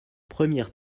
première